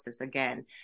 again